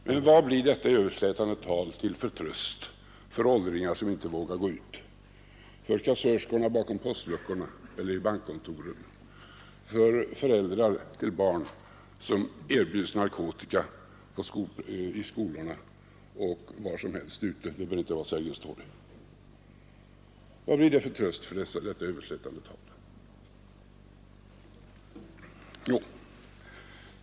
Men vad blir detta överslätande tal till för tröst för åldringar som inte vågar gå ut, för kassörskorna bakom postluckorna eller i bankkontoren, för föräldrar till barn som erbjuds narkotika i skolorna och var som helst — det behöver inte vara på Sergels torg.